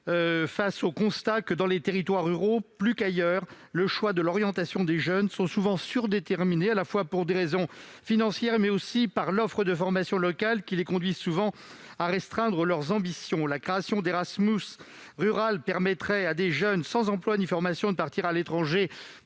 d'un Erasmus rural. Dans les territoires ruraux plus qu'ailleurs, les choix d'orientation des jeunes sont surdéterminés non seulement par des raisons financières, mais aussi par l'offre de formation locale, qui les conduit souvent à restreindre leurs ambitions. La création d'un Erasmus rural permettrait à des jeunes ruraux sans emploi ni formation de partir à l'étranger